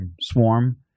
swarm